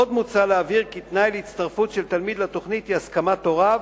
עוד מוצע להבהיר כי תנאי להצטרפות של תלמיד לתוכנית הוא הסכמת הוריו,